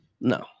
No